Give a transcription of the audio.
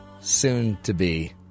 soon-to-be